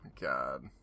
God